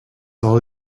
all